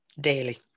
Daily